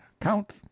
count